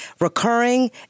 recurring